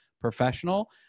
professional